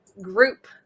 group